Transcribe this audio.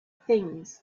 things